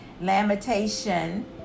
Lamentation